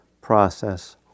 process